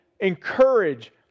encourage